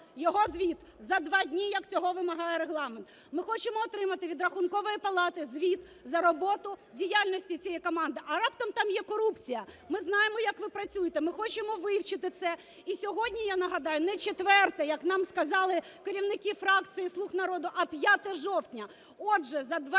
його звіт за два дні, як цього вимагає Регламент. Ми хочемо отримати від Рахункової палати звіт за роботу діяльності цієї команди. А раптом там є корупція? Ми знаємо, як ви працюєте, ми хочемо вивчити це. І сьогодні, я нагадаю, не 4-е, як нам сказали керівники фракції "Слуга народу", а 5 жовтня. Отже за два дні